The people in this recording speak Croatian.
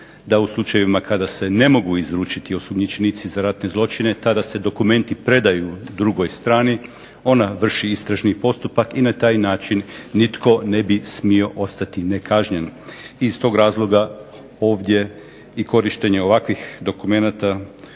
da u slučajevima kada se ne mogu izručiti osumnjičenici za ratne zločine tada se dokumenti predaju drugoj strani. Ona vrši istražni postupak i na taj način nitko ne bi smio ostati nekažnjen. Iz tog razloga ovdje i korištenje ovakvih dokumenata